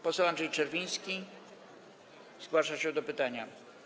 Poseł Andrzej Czerwiński zgłasza się z pytaniem.